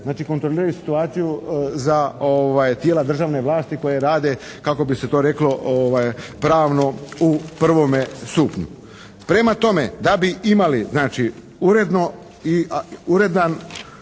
Znači kontroliraju situaciju za tijela državne vlasti koje rade kako bi se to reklo pravno u prvome stupnju. Prema tome da bi imali znači uredno